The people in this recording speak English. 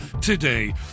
today